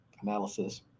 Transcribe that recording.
analysis